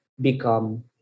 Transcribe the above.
become